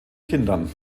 kindern